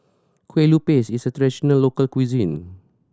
Kueh Lupis is a traditional local cuisine